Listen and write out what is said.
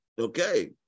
okay